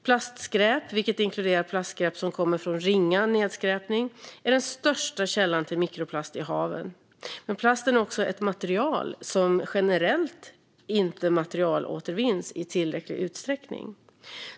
Plastskräp, vilket inkluderar plastskräp som kommer från ringa nedskräpning, är den största källan till mikroplast i haven, men plasten är också ett material som generellt inte materialåtervinns i tillräcklig utsträckning.